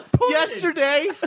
yesterday